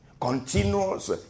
continuous